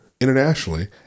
internationally